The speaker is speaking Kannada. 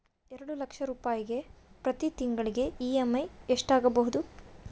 ಎರಡು ಲಕ್ಷ ರೂಪಾಯಿಗೆ ಪ್ರತಿ ತಿಂಗಳಿಗೆ ಇ.ಎಮ್.ಐ ಎಷ್ಟಾಗಬಹುದು?